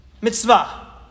mitzvah